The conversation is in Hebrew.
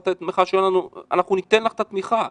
את התמיכה שלנו אנחנו ניתן לך את התמיכה.